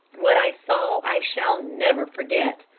what i saw i shall never forget.